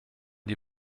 die